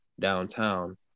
downtown